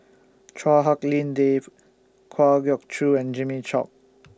Chua Hak Lien Dave Kwa Geok Choo and Jimmy Chok